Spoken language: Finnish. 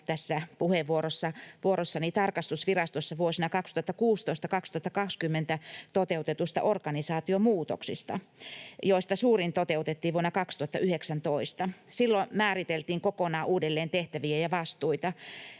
tässä puheenvuorossani tarkastusvirastossa vuosina 2016—2020 toteutetuista organisaatiomuutoksista, joista suurin toteutettiin vuonna 2019. Silloin määriteltiin kokonaan uudelleen tehtäviä ja vastuita.